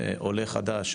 עולה חדש,